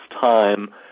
time